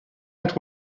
not